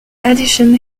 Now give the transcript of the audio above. addition